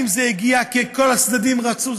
אם זה הגיע כי כל הצדדים רצו.